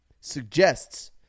suggests